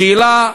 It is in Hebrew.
השאלה: